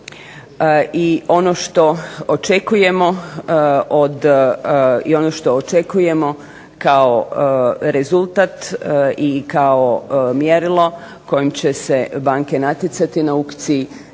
i ono što očekujemo kao rezultat i kao mjerilo kojim će se banke natjecati na aukciji